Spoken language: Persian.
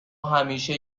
همیشه